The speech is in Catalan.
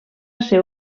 ser